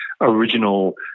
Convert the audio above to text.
original